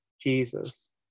Jesus